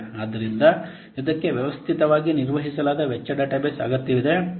ಆದ್ದರಿಂದ ಇದಕ್ಕೆ ವ್ಯವಸ್ಥಿತವಾಗಿ ನಿರ್ವಹಿಸಲಾದ ವೆಚ್ಚ ಡೇಟಾಬೇಸ್ ಅಗತ್ಯವಿದೆ